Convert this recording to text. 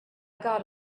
got